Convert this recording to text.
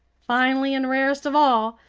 finally and rarest of all,